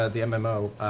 ah the um and mmo.